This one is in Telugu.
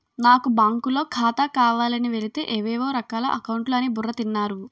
నాకు బాంకులో ఖాతా కావాలని వెలితే ఏవేవో రకాల అకౌంట్లు అని బుర్ర తిన్నారు